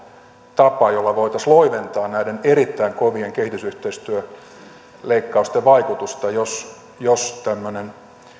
tapa jolla voitaisiin loiventaa näiden erittäin kovien kehitysyhteistyöleikkausten vaikutusta jos jos tämmöinen